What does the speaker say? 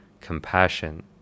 compassion